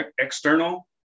external